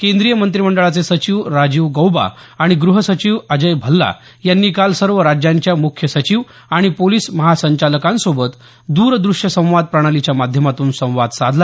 केंद्रीय मंत्रीमंडळाचे सचिव राजीव गौबा आणि गृह सचिव अजय भल्ला यांनी काल सर्व राज्यांच्या मुख्य सचिव आणि पोलिस महासंचालकांसोबत द्रदृश्य संवाद प्रणालीच्यामाध्यमातून संवाद साधला